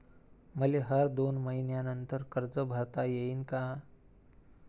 मले हर दोन मयीन्यानंतर कर्ज भरता येईन का?